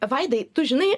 vaidai tu žinai